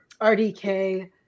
RDK